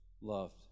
loved